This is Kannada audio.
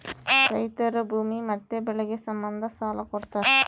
ರೈತರು ಭೂಮಿ ಮತ್ತೆ ಬೆಳೆಗೆ ಸಂಬಂಧ ಸಾಲ ಕೊಡ್ತಾರ